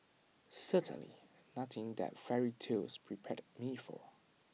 certainly nothing that fairy tales prepared me for